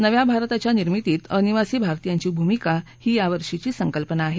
नव्या भारताच्या निर्मितीत अनिवासी भारतीयांची भूमिका ही यावर्षीची संकल्पना आहे